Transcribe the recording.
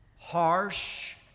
harsh